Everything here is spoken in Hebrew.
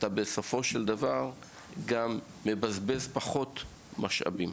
אתה בסופו של דבר גם מבזבז פחות משאבים.